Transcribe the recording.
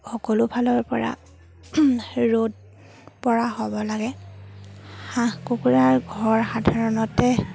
সকলোফালৰপৰা ৰ'দ পৰা হ'ব লাগে হাঁহ কুকুৰাৰ ঘৰ সাধাৰণতে